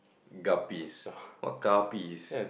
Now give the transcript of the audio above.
Garbies what Garbies